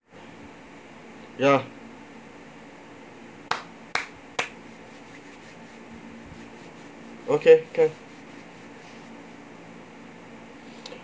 ya okay K